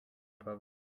problems